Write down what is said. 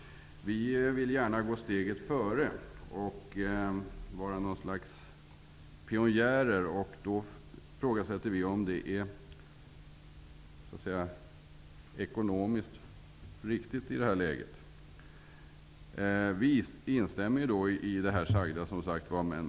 Vi i Sverige vill ju gärna vara steget före och vara ett slags pionjärer. Därför ifrågasätter vi om detta är ekonomiskt riktigt i nuvarande läge. Vi instämmer i det som sagts.